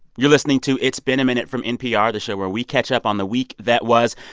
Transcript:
you're listening to it's been a minute from npr, the show where we catch up on the week that was.